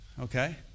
Okay